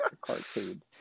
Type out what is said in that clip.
Cartoon